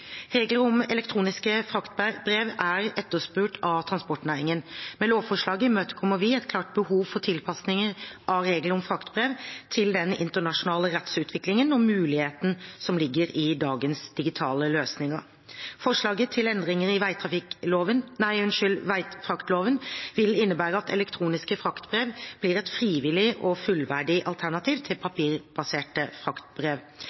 Regler om elektroniske fraktbrev er etterspurt av transportnæringen. Med lovforslaget imøtekommer vi et klart behov for tilpasning av reglene om fraktbrev til den internasjonale rettsutviklingen og mulighetene som ligger i dagens digitale løsninger. Forslaget til endringer i veifraktloven vil innebære at elektroniske fraktbrev blir et frivillig og fullverdig alternativ til papirbaserte fraktbrev.